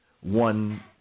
one